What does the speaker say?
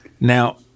Now